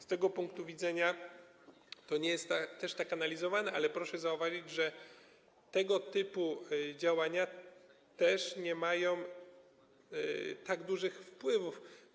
Z tego punktu widzenia to nie jest tak analizowane, ale proszę zauważyć, że tego typu działania też nie mają tak dużego wpływu.